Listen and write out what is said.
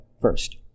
first